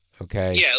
Okay